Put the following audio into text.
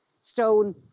stone